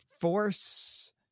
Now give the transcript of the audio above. force